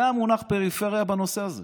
זה המונח פריפריה בנושא הזה.